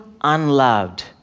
unloved